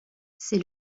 c’est